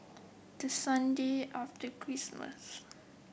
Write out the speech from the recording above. the Sunday after Christmas